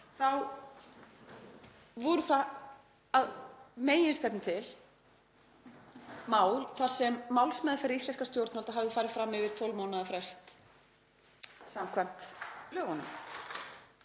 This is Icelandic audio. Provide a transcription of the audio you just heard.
þá voru það að meginstefnu til mál þar sem málsmeðferð íslenskra stjórnvalda hafði farið fram yfir 12 mánaða frest samkvæmt lögunum.